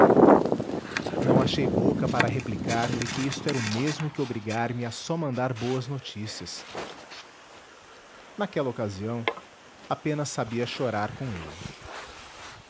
não achei boca para replicar lhe que isto era o mesmo que obrigar-me a só mandar boas notícias naquela ocasião apenas sabia chorar com ele